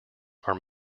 are